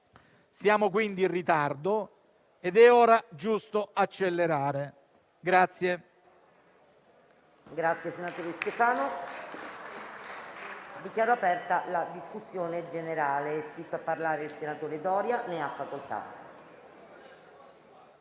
Siamo quindi in ritardo ed è ora giusto accelerare.